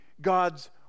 God's